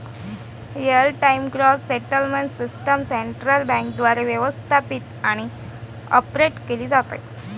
real time gross settlement system central बँकेद्वारे व्यवस्थापित आणि ऑपरेट केली जाते